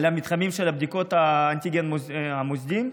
המתחמים של בדיקות האנטיגן המוסדי?